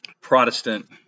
Protestant